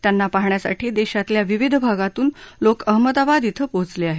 त्यांना पाहण्यासाठी देशातल्या विविध भागातून लोक अहमदाबाद इथं पोहोचले आहेत